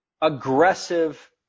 aggressive